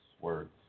words